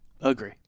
Agree